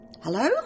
Hello